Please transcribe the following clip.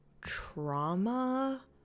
trauma